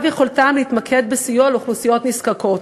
יכולתם להתמקד בסיוע לאוכלוסיות נזקקות.